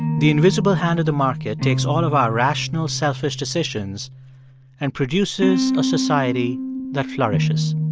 the invisible hand of the market takes all of our rational, selfish decisions and produces a society that flourishes.